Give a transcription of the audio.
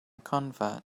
convert